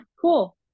cool